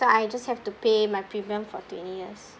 so I just have to pay my premium for twenty years